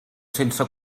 sense